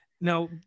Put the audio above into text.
now